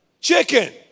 Chicken